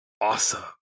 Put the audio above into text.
awesome